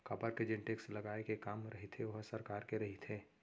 काबर के जेन टेक्स लगाए के काम रहिथे ओहा सरकार के रहिथे